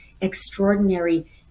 extraordinary